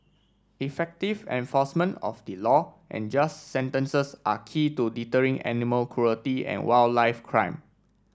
effective enforcement of the law and just sentences are key to deterring animal cruelty and wildlife crime